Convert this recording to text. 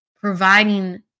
providing